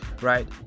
right